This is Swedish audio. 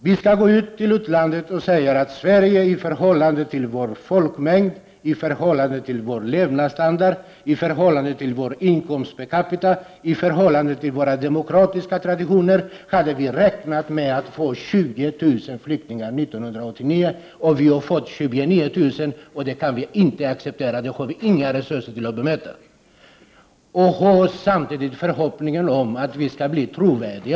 Vi skall alltså gå ut och säga, i utlandet, att Sverige hade räknat med att ta emot 20 000 flyktingar 1989 —i förhållande till vår folkmängd, levnadsstandard, inkomst per capita och med våra demokratiska traditioner. Nu har vi fått 29 000, och det kan vi inte acceptera. Det har vi inga resurser att ta emot. Detta skall vi göra, samtidigt som vi har en förhoppning att vara trovärdiga.